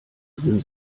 drin